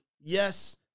yes